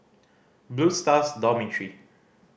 Blue Stars Dormitory